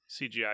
CGI